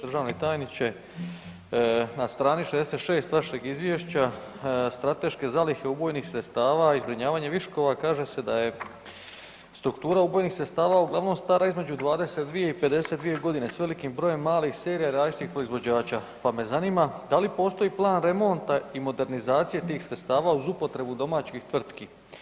Državni tajniče, na strani 66. vašeg izvješća, strateške zalihe ubojnih sredstava i zbrinjavanje viškova, kaže se da je struktura ubojnih sredstava uglavnom stara između 22-je i 52-je godine s velikim brojem malih serija različitih proizvođača, pa me zanima da li postoji plan remonta i modernizacije tih sredstava uz upotrebu domaćih tvrtki?